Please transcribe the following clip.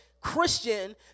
Christian